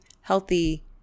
healthy